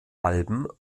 alben